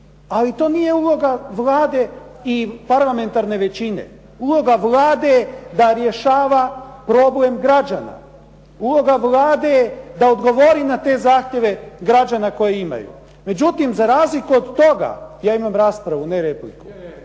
Ali to nije uloga Vlade i parlamentarne većine. Uloga Vlade je da rješava problem građana, uloga Vlade je da odgovori na te zahtjeve građana koje imaju. međutim, za razliku od toga. Ja imam raspravu, ne repliku.